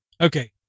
Okay